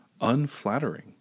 unflattering